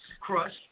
Crush